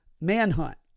Manhunt